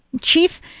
chief